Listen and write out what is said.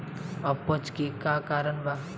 अपच के का कारण बा?